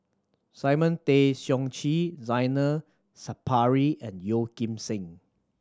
Simon Tay Seong Chee Zainal Sapari and Yeo Kim Seng